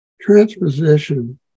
transposition